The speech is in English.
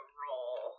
roll